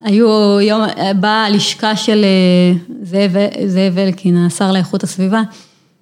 היו, באה לשכה של זאב אלקין, השר לאיכות הסביבה.